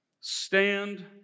stand